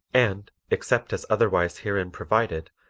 and, except as otherwise herein provided,